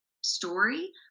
story